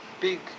big